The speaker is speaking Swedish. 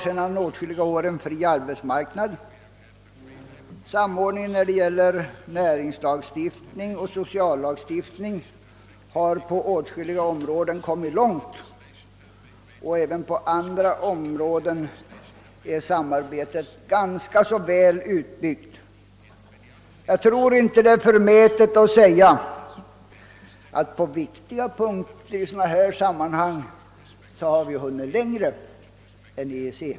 Sedan åtskilliga år har vi en fri arbetsmarknad. Samordningen när det gäller näringslagstiftning och sociallagstiftning har på åtskilliga områden kommit långt, och även i andra avseenden är samarbetet ganska väl utbyggt. Det är säkert inte förmätet att påstå, att vi på viktiga punkter i sådana sammanhang har hunnit längre än EEC.